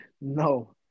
No